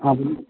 हाँ बोलिये